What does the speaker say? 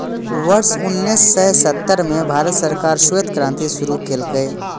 वर्ष उन्नेस सय सत्तर मे भारत सरकार श्वेत क्रांति शुरू केलकै